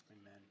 Amen